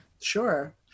Sure